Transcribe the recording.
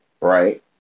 right